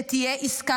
שתהיה עסקה